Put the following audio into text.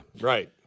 Right